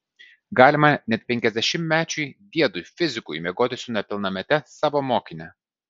galima net penkiasdešimtmečiui diedui fizikui miegoti su nepilnamete savo mokine